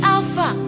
Alpha